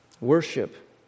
Worship